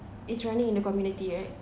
it's running in the community right